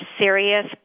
serious